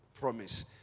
promise